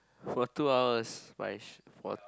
for two hours Parish for